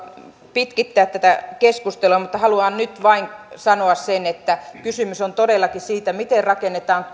pitkittää tätä keskustelua mutta haluan nyt vain sanoa sen että kysymys on todellakin siitä miten rakennetaan